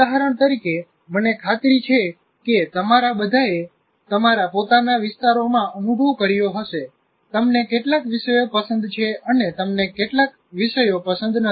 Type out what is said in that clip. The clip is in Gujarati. ઉદાહરણ તરીકે મને ખાતરી છે કે તમારા બધાએ તમારા પોતાના વિસ્તારોમાં અનુભવ કર્યો હશે તમને કેટલાક વિષયો પસંદ છે અને તમને કેટલાક વિષયો પસંદ નથી